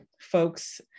folks